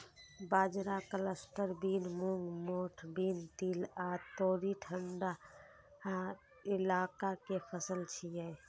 बाजरा, cluster bean, मूंग, मोठ बीन, तिल आ तोरी ठंढा इलाका के फसल छियै